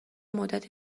مدت